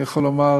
אני יכול לומר,